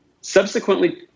subsequently